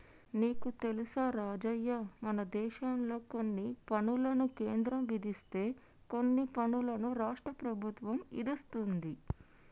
నీకు తెలుసా రాజయ్య మనదేశంలో కొన్ని పనులను కేంద్రం విధిస్తే కొన్ని పనులను రాష్ట్ర ప్రభుత్వం ఇదిస్తుంది